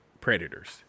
predators